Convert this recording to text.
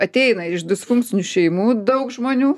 ateina iš disfunkcinių šeimų daug žmonių